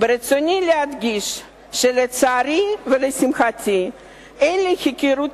ברצוני להדגיש שלצערי ולשמחתי אין לי היכרות